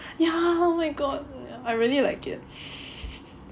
yeah oh my god I really like it